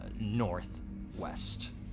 northwest